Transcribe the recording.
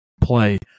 play